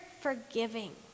forgiving